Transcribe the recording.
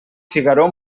figaró